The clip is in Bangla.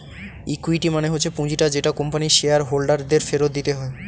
ইকুইটি মানে হচ্ছে পুঁজিটা যেটা কোম্পানির শেয়ার হোল্ডার দের ফেরত দিতে হয়